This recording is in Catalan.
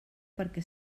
perquè